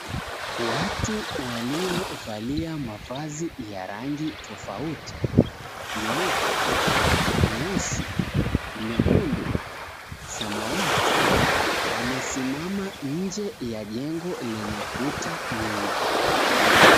Watu waliovalia mavazi ya rangi tofauti, meupe, meusi, mekundu, samawati, wamesimama nje ya jengo lenye kuta nyeupe.